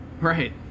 Right